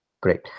Great